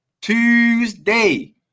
Tuesday